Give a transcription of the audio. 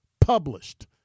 published